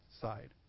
side